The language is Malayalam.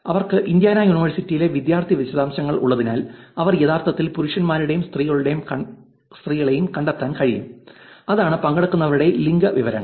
അവർക്ക് ഇൻഡ്യാന യൂണിവേഴ്സിറ്റിയിലെ വിദ്യാർത്ഥി വിശദാംശങ്ങൾ ഉള്ളതിനാൽ അവർക്ക് യഥാർത്ഥത്തിൽ പുരുഷന്മാരെയും സ്ത്രീകളെയും കണ്ടെത്താൻ കഴിയും അതാണ് പങ്കെടുക്കുന്നവരുടെ ലിംഗവിവരങ്ങൾ